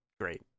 great